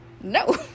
no